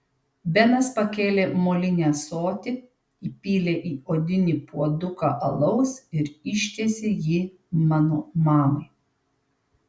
benas pakėlė molinį ąsotį įpylė į odinį puoduką alaus ir ištiesė jį mano mamai